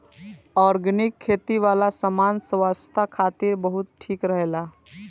organic खेती वाला सामान स्वास्थ्य खातिर बहुते ठीक रहेला